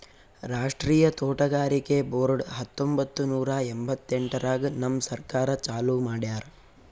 ರಾಷ್ಟ್ರೀಯ ತೋಟಗಾರಿಕೆ ಬೋರ್ಡ್ ಹತ್ತೊಂಬತ್ತು ನೂರಾ ಎಂಭತ್ತೆಂಟರಾಗ್ ನಮ್ ಸರ್ಕಾರ ಚಾಲೂ ಮಾಡ್ಯಾರ್